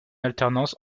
alternance